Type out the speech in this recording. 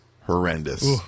horrendous